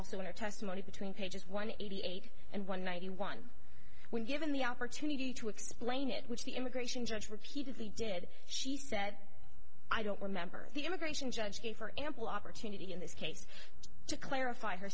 also in her testimony between pages one eighty eight and one ninety one when given the opportunity to explain it which the immigration judge repeatedly did she said i don't remember the immigration judge gave her ample opportunity in this case to clarify her